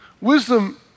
Wisdom